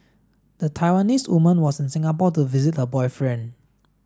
the Taiwanese woman was in Singapore to visit her boyfriend